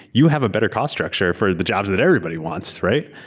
you have a better call structure for the jobs that everybody wants, right?